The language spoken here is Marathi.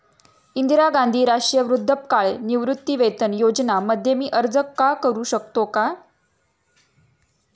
इंदिरा गांधी राष्ट्रीय वृद्धापकाळ निवृत्तीवेतन योजना मध्ये मी अर्ज का करू शकतो का?